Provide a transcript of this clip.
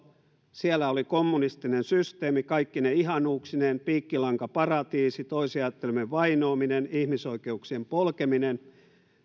jossa oli kommunistinen systeemi kaikkine ihanuuksineen piikkilankaparatiisi toisin ajattelevien vainoaminen ihmisoikeuksien polkeminen